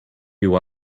you